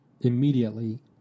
immediately